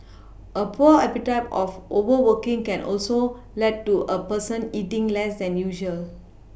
a poor appetite of overworking can also lead to a person eating less than usual